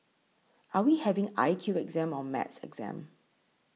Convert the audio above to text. are we having I Q exam or maths exam